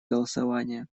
голосования